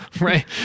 Right